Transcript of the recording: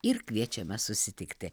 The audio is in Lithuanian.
ir kviečiame susitikti